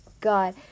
god